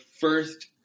first